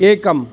एकम्